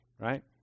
right